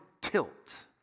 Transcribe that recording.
tilt